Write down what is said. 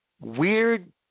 weird –